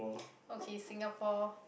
okay Singapore